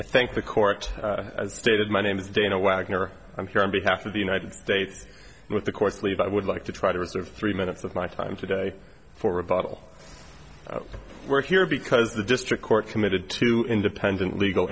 i think the court has stated my name is dana wagner i'm here on behalf of the united states with the course leave i would like to try to reserve three minutes of my time today for rebuttal work here because the district court committed to independent legal